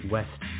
West